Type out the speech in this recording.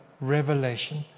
revelation